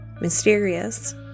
mysterious